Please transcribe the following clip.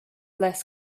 less